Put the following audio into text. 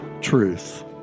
truth